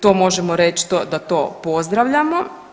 To možemo reć da to pozdravljamo.